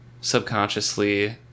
subconsciously